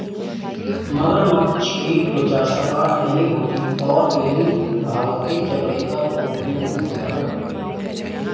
मगरमच्छ की त्वचा सपाट नहीं होती और विभिन्न भागों के चमड़े का स्वरूप भिन्न भिन्न होता है